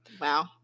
Wow